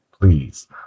please